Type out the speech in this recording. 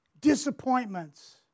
Disappointments